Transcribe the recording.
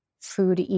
food